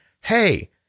Hey